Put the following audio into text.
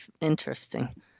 interesting